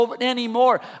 anymore